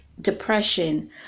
depression